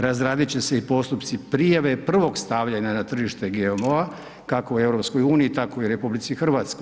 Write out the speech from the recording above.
Razradit će se i postupci prijave prvog stavljanja na tržište GMO-a kako u EU tako i u RH.